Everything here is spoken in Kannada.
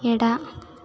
ಎಡ